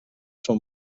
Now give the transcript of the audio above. són